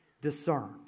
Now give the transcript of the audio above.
discerned